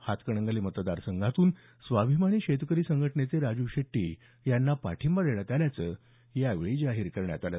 हातकंणगले मतदार संघातून स्वाभिमानी शेतकरी संघटनेचे राजू शेट्टी यांना पाठिंबा देण्यात आल्याचं यावेळी जाहीर करण्यात आलं